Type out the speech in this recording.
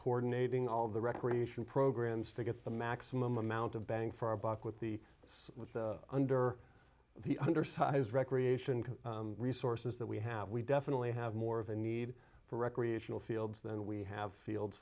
coordinating all of the recreation programs to get the maximum amount of bang for our buck with the under the undersized recreation resources that we have we definitely have more of a need for recreational fields than we have fields